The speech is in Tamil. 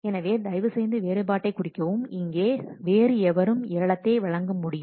எனவே தயவுசெய்து வேறுபாட்டைக் குறிக்கவும் இங்கே வேறு எவரும் ஏலத்தை வழங்க முடியும்